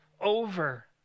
over